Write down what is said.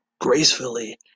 gracefully